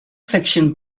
fiction